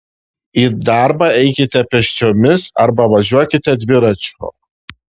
į darbą eikite pėsčiomis arba važiuokite dviračiu